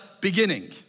beginning